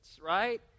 right